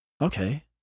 Okay